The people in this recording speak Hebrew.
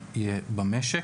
במשק,